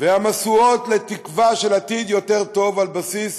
למשואות לתקווה לעתיד יותר טוב, על בסיס